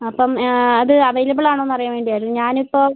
അപ്പം അത് അവൈലബിൾ ആണോ എന്നറിയാൻ വേണ്ടിയായിരുന്നു ഞാനിപ്പോൾ